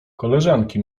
koleżanki